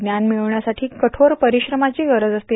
ज्ञान मिळवण्यासाठी कठोर परिश्रमाची गरज असते